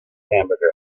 hamburger